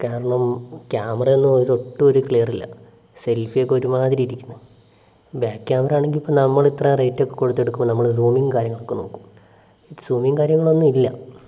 കാരണം ക്യാമറ ഒന്നും ഒരു ഒട്ടും ഒരു ക്ലിയർ ഇല്ല സെൽഫി ഒക്കെ ഒരുമാതിരി ഇരിക്കുന്നു ബാക്ക് ക്യാമറ ആണെങ്കിൽ നമ്മൾ ഇത്ര റേറ്റ് ഒക്കെ കൊടുത്ത് എടുക്കുമ്പോൾ നമ്മൾ സൂമിംഗ് കാര്യങ്ങളൊക്കെ നോക്കും സൂമിംഗ് കാര്യങ്ങളൊന്നും ഇല്ല